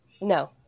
No